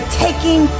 taking